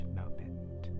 moment